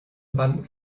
mann